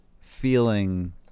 feeling